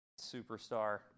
superstar